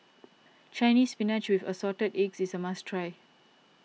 Chinese Spinach with Assorted Eggs is a must try